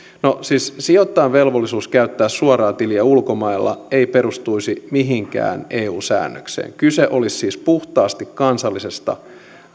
no siis sijoittajan velvollisuus käyttää suoraa tiliä ulkomailla ei perustuisi mihinkään eu säännökseen kyse olisi siis puhtaasti kansallisesta